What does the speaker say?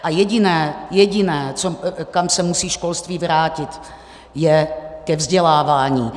A jediné jediné kam se musí školství vrátit, je ke vzdělávání.